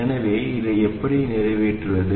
எனவே இதை எப்படி நிறைவேற்றுவது